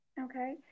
Okay